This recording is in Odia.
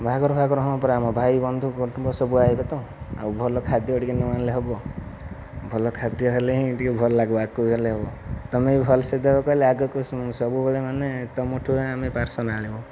ବାହାଘର ଫାହାଘର ହଁ ପରା ଆମ ଭାଇ ବନ୍ଧୁ କୁଟୁମ୍ବ ସବୁ ଆସିବେ ତ ଆଉ ଭଲ ଖାଦ୍ୟ ଟିକିଏ ନହେଲେ ହେବ ଭଲ ଖାଦ୍ୟ ହେଲେ ହିଁ ଟିକିଏ ଭଲ ଲାଗିବ ଏହାକୁ ହେଲେ ତୁମେ ବି ଭଲସେ ଦେବ କହିଲେ ଆଗକୁ ସବୁବେଳେ ମାନେ ତୁମଠୁ ହିଁ ଆମେ ପାର୍ସଲ ଆଣିବୁ